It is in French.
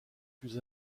plus